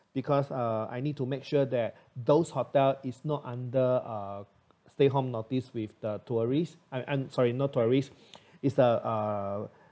because uh I need to make sure that those hotel is not under uh stay home notice with the tourists I I'm sorry not tourists is the uh